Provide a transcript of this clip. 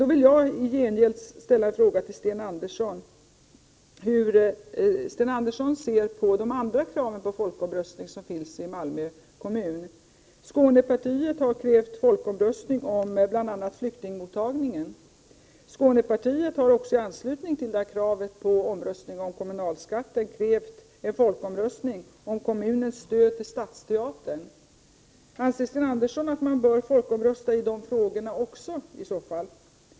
Låt mig dock i min tur ställa en fråga till Sten Andersson: Hur ser Sten Andersson på de andra krav på folkomröstning som framförts i Malmö kommun? Skånepartiet har krävt folkomröstning om bl.a. flyktingmottagningen. Det partiet har också i anslutning till kravet på omröstning om kommunalskatten begärt en folkomröstning om kommunens stöd till stadsteatern. Anser Sten Andersson att man bör folkomrösta också i de frågorna?